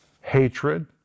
Hatred